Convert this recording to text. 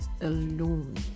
alone